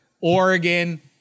Oregon